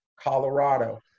Colorado